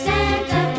Santa